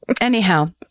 Anyhow